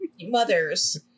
mothers